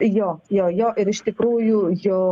jo jo jo ir iš tikrųjų jų